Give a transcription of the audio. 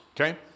okay